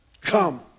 come